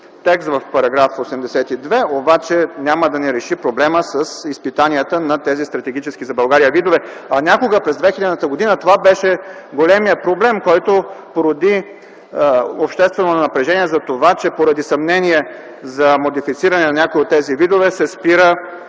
текст в § 82, обаче няма да ни реши проблема с изпитанията на тези стратегически за България видове, а някога – през 2000 г. това беше големият проблем, който породи обществено напрежение, за това, че поради съмнение за модифициране на някои от тези видове се спира